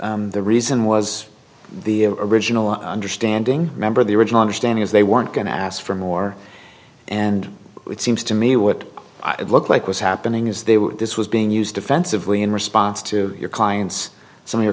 that the reason was the original understanding member of the original understanding is they weren't going to ask for more and it seems to me what i did look like was happening is they were this was being used offensively in response to your clients some of your